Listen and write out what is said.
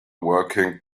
working